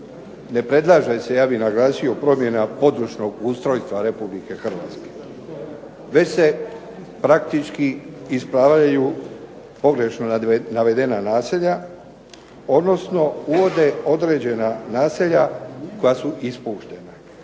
ne predlaže se, ja bih naglasio, promjena područnog ustrojstva RH već se praktički ispravljaju pogrešno navedena naselja, odnosno uvode određena naselja koja su ispuštena.